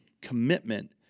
commitment